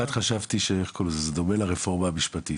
כמעט חשבתי שזה דומה לרפורמה המשפטית.